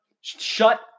shut